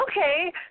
okay